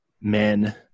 men